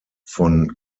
von